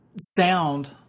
Sound